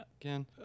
again